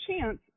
chance